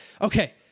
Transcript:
okay